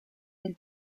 del